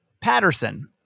Patterson